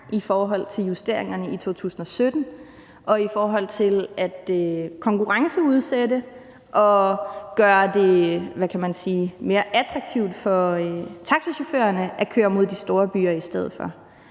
i forhold til justeringerne i 2017 og i forhold til at konkurrenceudsætte og gøre det mere attraktivt for taxachaufførerne at køre mod de store byer i stedet for.